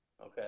Okay